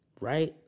Right